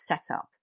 setup